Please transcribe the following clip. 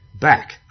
back